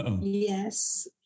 yes